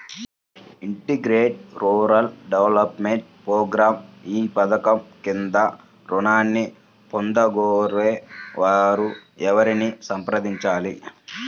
Integrated rural development program ఈ పధకం క్రింద ఋణాన్ని పొందగోరే వారు ఎవరిని సంప్రదించాలి?